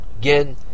Again